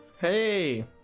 hey